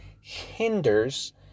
hinders